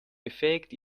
befähigt